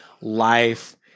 life